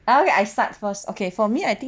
oh okay I start first okay for me I think